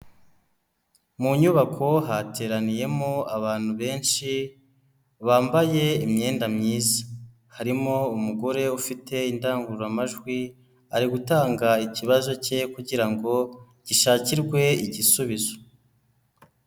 Mu nyubako hateraniyemo abantu benshi bambaye imyenda myiza, harimo umugore ufite indangururamajwi ari gutanga ikibazo cye kugira ngo gishakirwe igisubizo.